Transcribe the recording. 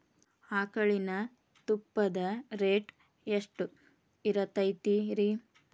ಆಕಳಿನ ತುಪ್ಪದ ರೇಟ್ ಎಷ್ಟು ಇರತೇತಿ ರಿ?